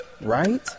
right